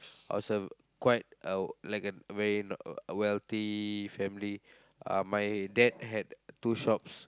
I was a quite uh like a very n~ wealthy family uh my dad had two shops